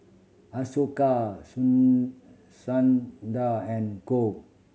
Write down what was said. Ashoka Song Sundar and Choor